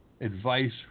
advice